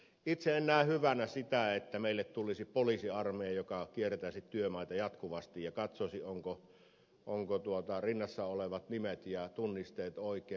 itse en näe hyvänä sitä että meille tulisi poliisiarmeija joka kiertäisi työmaita jatkuvasti ja katsoisi ovatko rinnassa olevat nimet ja tunnisteet oikein